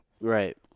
Right